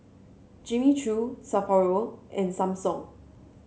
Jimmy Choo Sapporo and Samsung